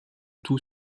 tout